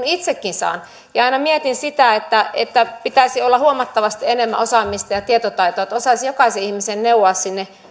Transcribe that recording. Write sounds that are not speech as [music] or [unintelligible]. [unintelligible] itsekin saan aina mietin sitä että että pitäisi olla huomattavasti enemmän osaamista ja tietotaitoa että osaisi jokaisen ihmisen neuvoa sinne